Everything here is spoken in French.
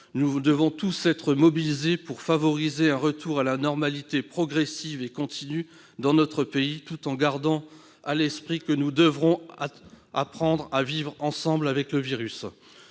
Nous devons tous être mobilisés pour favoriser un retour à la normalité progressive et continue dans notre pays, tout en gardant à l'esprit que nous devrons apprendre à vivre ensemble avec le virus.